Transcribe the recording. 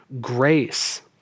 grace